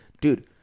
dude